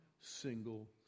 single